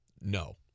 No